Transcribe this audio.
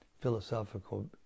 philosophical